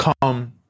come